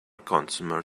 consumer